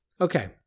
Okay